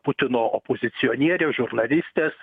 putino opozicionierė žurnalistės